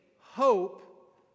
hope